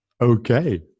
okay